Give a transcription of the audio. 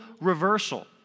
reversal